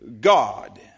God